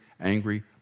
angry